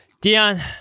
Dion